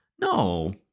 No